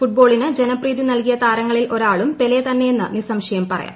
ഫുട്ബോളിന് ജനപ്രീതി നൽകിയ താരങ്ങളിൽ ഒരാളും പെലെ താനെന്ന് നിസംശയം പറയാം